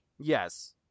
Yes